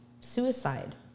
suicide